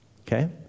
Okay